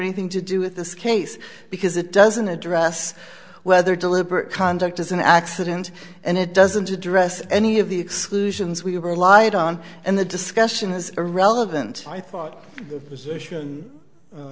anything to do with this case because it doesn't address whether deliberate conduct is an accident and it doesn't address any of the exclusions we relied on and the discussion has a relevant i thought the position